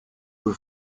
cui